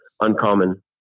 uncommon